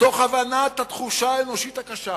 מתוך הבנת התחושה האנושית הקשה